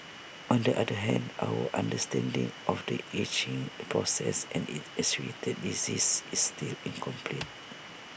on the other hand our understanding of the ageing process and its associated diseases is still incomplete